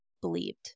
believed